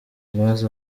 loise